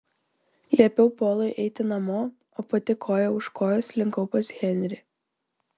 liepiau polui eiti namo o pati koja už kojos slinkau pas henrį